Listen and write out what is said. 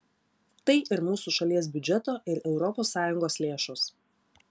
tai ir mūsų šalie biudžeto ir europos sąjungos lėšos